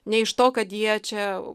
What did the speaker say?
ne iš to kad jie čia